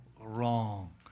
wrong